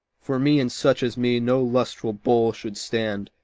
for me and such as me no lustral bowl should stand,